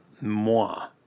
moi